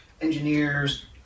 engineers